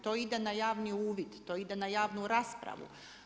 To ide na javni uvid, to ide na javnu raspravu.